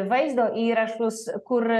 vaizdo įrašus kur